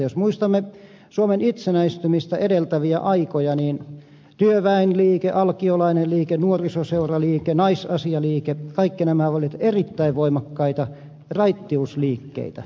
jos muistamme suomen itsenäistymistä edeltäviä aikoja niin työväenliike alkiolainen liike nuorisoseuraliike naisasialiike kaikki nämä olivat erittäin voimakkaita raittiusliikkeitä